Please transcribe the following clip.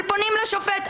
אז פונים לשופט.